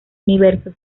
universo